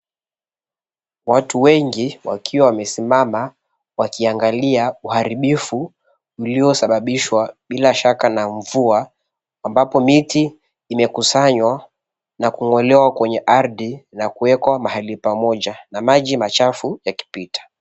Watu wengi wakiwa wamesimama wakiangalia uharibifu, uliosababishwa bila shaka na mvua ambapo miti imekusanywa na kung'olewa kwenye ardhi na kuwekwa mahali pamoja na maji machafu yakipita.